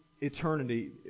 eternity